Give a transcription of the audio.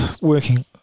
working